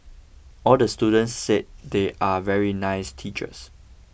all the students said they are very nice teachers